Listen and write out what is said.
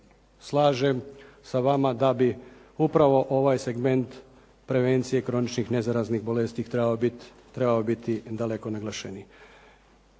slažem sa vama da bi upravo ovaj segment prevencije kroničnih nezaraznih bolesti trebao biti daleko naglašeniji.